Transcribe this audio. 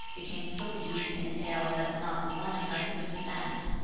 became so weak and ill that not one of them could stand.